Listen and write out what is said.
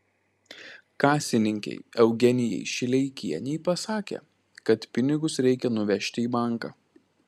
kasininkei eugenijai šileikienei pasakė kad pinigus reikia nuvežti į banką